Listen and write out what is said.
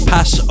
Pass